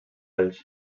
elx